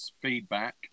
feedback